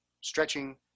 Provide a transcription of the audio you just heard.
stretching